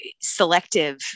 selective